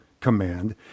command